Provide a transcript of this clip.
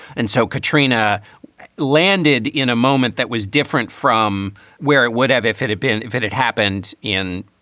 and so katrina landed in a moment that was different from where it would have if it had been if it had happened in,